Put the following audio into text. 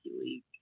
League